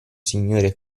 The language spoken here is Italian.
signore